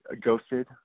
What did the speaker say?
ghosted